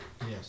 Yes